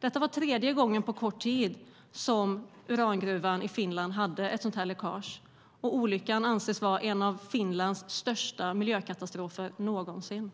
Detta var tredje gången på kort tid som urangruvan i Finland hade ett sådant här läckage. Olyckan anses vara en av Finlands största miljökatastrofer någonsin.